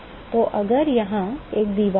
तो अगर यहाँ एक दीवार है